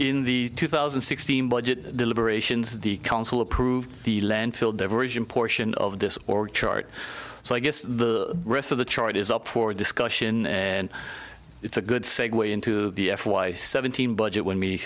in the two thousand and sixteen budget deliberations the council approved the landfill diversion portion of this org chart so i guess the rest of the chart is up for discussion and it's a good segue into the f y seventeen budget when we